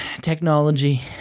technology